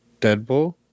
Deadpool